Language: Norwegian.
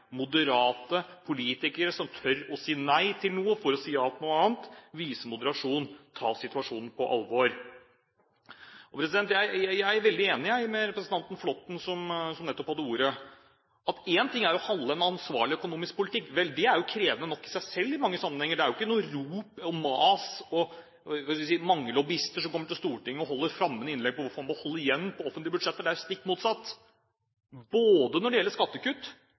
moderate politikere som tør å si nei til noe for å si ja til noe annet, viser moderasjon og tar situasjonen på alvor. Jeg er veldig enig med representanten Flåtten som nettopp hadde ordet, i at én ting er å føre en ansvarlig økonomisk politikk. Det er jo krevende nok i seg selv i mange sammenhenger. Det er jo ikke noe rop og mas eller – hva skal vi si – mange lobbyister som kommer til Stortinget og holder flammende innlegg om hvorfor man må holde igjen på offentlige budsjetter. Det er jo stikk motsatt. Og når det gjelder skattekutt,